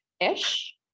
ish